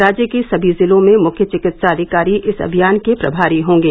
राज्य के सभी जिलों में मुख्य चिकित्सा अधिकारी इस अमियान के प्रभारी होंगे